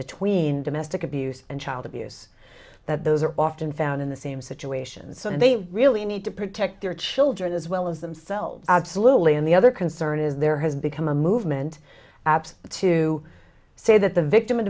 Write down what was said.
between domestic abuse and child abuse that those are often found in the same situations so they really need to protect their children as well as themselves absolutely and the other concern is there has become a movement apps to say that the victim